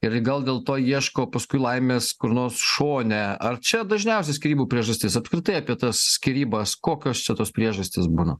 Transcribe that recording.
ir gal dėl to ieško paskui laimės kur nors šone ar čia dažniausia skyrybų priežastis apskritai apie tas skyrybas kokios čia tos priežastys būna